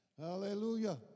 Hallelujah